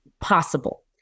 possible